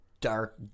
dark